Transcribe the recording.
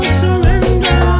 surrender